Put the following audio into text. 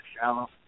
shallow